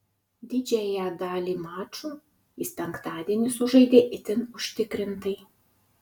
didžiąją dalį mačų jis penktadienį sužaidė itin užtikrintai